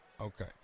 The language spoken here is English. Okay